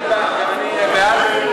אדוני, גם אני בעד.